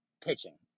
pitching